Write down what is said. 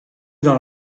dans